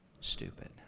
stupid